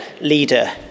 leader